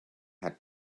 had